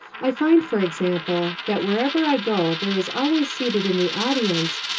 i find, for example, that wherever i go there is always seated in the audience,